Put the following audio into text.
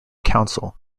council